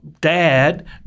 dad